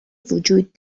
وجود